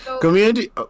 Community